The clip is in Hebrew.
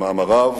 במאמריו,